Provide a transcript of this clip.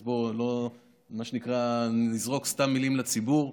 אז בואו לא, מה שנקרא, נזרוק סתם מילים לציבור.